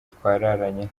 twararanye